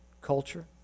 culture